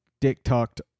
dick-tucked